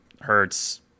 Hurts